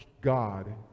God